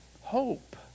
hope